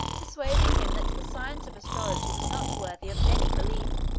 persuading him that the science of astrology was not worthy of any belief.